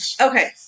Okay